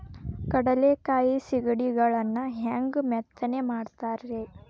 ಕಡಲೆಕಾಯಿ ಸಿಗಡಿಗಳನ್ನು ಹ್ಯಾಂಗ ಮೆತ್ತನೆ ಮಾಡ್ತಾರ ರೇ?